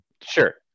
Sure